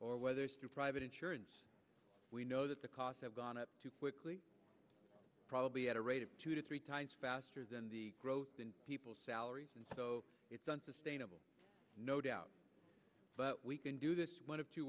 or whether it's through private insurance we know that the costs have gone up too quickly probably at a rate of two to three times faster than the growth in people's salaries and so it's unsustainable no doubt but we can do this one of two